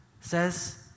says